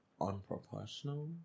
unproportional